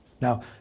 Now